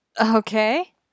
Okay